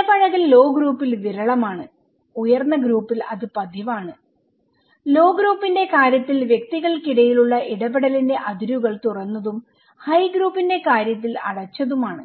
ഇടപഴകൽ ലോ ഗ്രൂപ്പിൽ വിരളമാണ് ഉയർന്ന ഗ്രൂപ്പിൽ അത് പതിവാണ് ലോ ഗ്രൂപ്പിന്റെ കാര്യത്തിൽ വ്യക്തികൾക്കിടയിലുള്ള ഇടപെടലിന്റെ അതിരുകൾ തുറന്നതും ഹൈ ഗ്രൂപ്പിന്റെ കാര്യത്തിൽ അടച്ചതുമാണ്